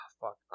fuck